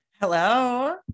Hello